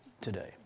today